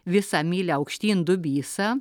visą mylią aukštyn dubysa